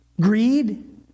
greed